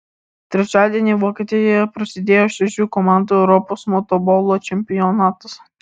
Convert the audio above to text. trečiadienį vokietijoje prasidėjo šešių komandų europos motobolo čempionatas